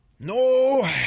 No